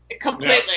Completely